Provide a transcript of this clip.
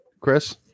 Chris